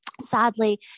sadly